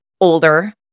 older